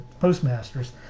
postmasters